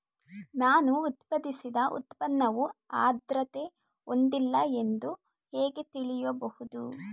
ನಾನು ಉತ್ಪಾದಿಸಿದ ಉತ್ಪನ್ನವು ಆದ್ರತೆ ಹೊಂದಿಲ್ಲ ಎಂದು ಹೇಗೆ ತಿಳಿಯಬಹುದು?